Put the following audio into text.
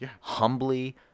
humbly